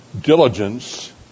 Diligence